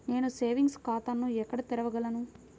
నేను సేవింగ్స్ ఖాతాను ఎక్కడ తెరవగలను?